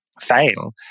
fail